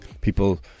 people